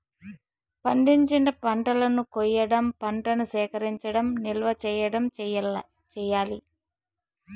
పండించిన పంటలను కొయ్యడం, పంటను సేకరించడం, నిల్వ చేయడం చెయ్యాలి